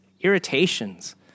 irritations